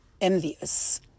envious